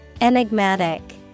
Enigmatic